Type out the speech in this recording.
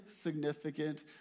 significant